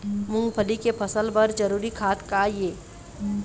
मूंगफली के फसल बर जरूरी खाद का ये?